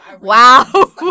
Wow